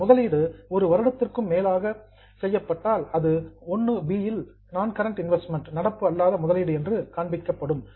அந்த முதலீடு ஒரு வருடத்திற்கும் மேலாக செய்யப்பட்டால் அது 1 இன் கீழ் நான் கரண்ட் இன்வெஸ்ட்மெண்ட் நடப்பு அல்லாத முதலீடு என்று காண்பிக்கப்படும்